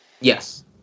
Yes